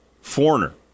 foreigner